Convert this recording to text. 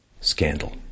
scandal